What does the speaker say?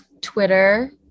Twitter